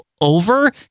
over